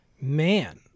Man